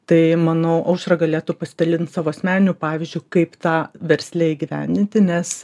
tai manau aušra galėtų pasidalint savo asmeniniu pavyzdžiu kaip tą versle įgyvendinti nes